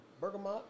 Bergamot